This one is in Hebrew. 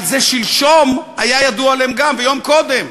אבל זה גם שלשום היה ידוע להם, ויום קודם,